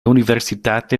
universitate